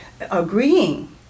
agreeing